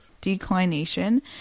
declination